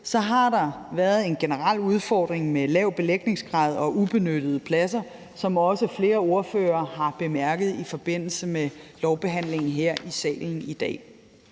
så har der været en generel udfordring med lav belægningsgrad og ubenyttede pladser, hvilket også flere ordførere har bemærket i forbindelse med lovbehandlingen her i salen i dag.